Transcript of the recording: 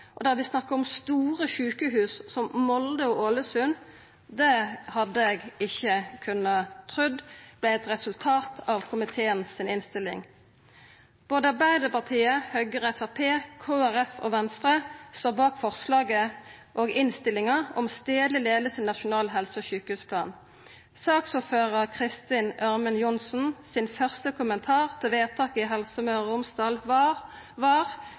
vi snakkar om store sjukehus som Molde sjukehus og Ålesund sjukehus, det kunne eg ikkje ha trudd vart eit resultat av komiteens innstilling. Både Arbeidarpartiet, Høgre, Framstegspartiet, Kristeleg Folkeparti og Venstre står bak forslaget og innstillinga om stadleg leiing i Nasjonal helse- og sjukehusplan. Saksordførar Kristin Ørmen Johnsen sin første kommentar til vedtaket i Helse Møre og Romsdal var